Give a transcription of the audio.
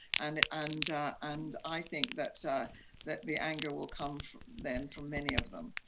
and and and i think that that the anger will come then from many of them.